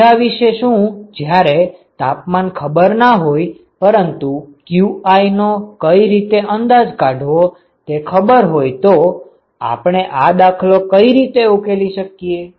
બીજા વિષે શું જયારે તાપમાન ખબર ના હોય પરંતુ qi નો કઈ રીતે અંદાજ કાઢવો તે ખબર હોઈ તો આપણે આ દાખલો કઈ રીતે ઉકેલી શકીએ